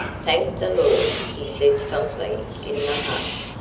thank the lord! he said softly in the hush.